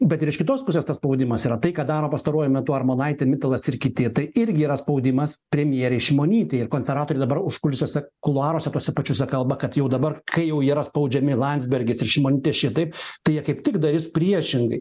bet ir iš kitos pusės tas spaudimas yra tai ką daro pastaruoju metu armonaitė mitalas ir kiti tai irgi yra spaudimas premjerei šimonytei konservatoriai dabar užkulisiuose kuluaruose tuose pačiuose kalba kad jau dabar kai jau yra spaudžiami landsbergis ir šimonytė šitaip tai jie kaip tik darys priešingai